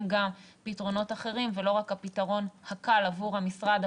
גם פתרונות אחרים ולא רק את הפתרון הקל עבור המשרד,